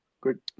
Good